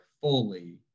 fully